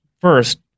first